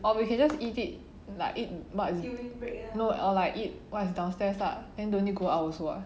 or we can just eat it like eat what is no or like eat what is downstairs lah then don't need go out also [what]